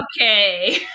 Okay